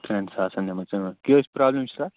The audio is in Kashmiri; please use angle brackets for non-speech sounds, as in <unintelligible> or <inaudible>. ترٛٮ۪ن ساسَن نِمٕژ اۭں کیٛاہ حظ پرٛابلِم چھِ <unintelligible>